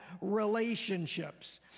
relationships